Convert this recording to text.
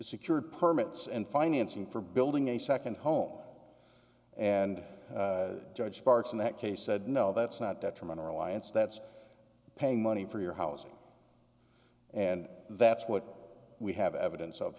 secured permits and financing for building a second home and judge parks in that case said no that's not detrimental reliance that's paying money for your housing and that's what we have evidence of